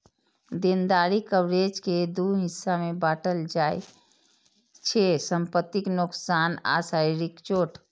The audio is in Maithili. देनदारी कवरेज कें दू हिस्सा मे बांटल जाइ छै, संपत्तिक नोकसान आ शारीरिक चोट